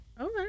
Okay